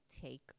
take